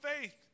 faith